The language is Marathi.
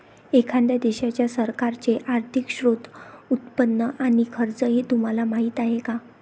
एखाद्या देशाच्या सरकारचे आर्थिक स्त्रोत, उत्पन्न आणि खर्च हे तुम्हाला माहीत आहे का